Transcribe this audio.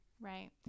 Right